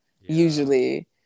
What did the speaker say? usually